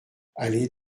allée